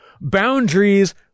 Boundaries